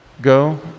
Go